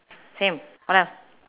same ho liao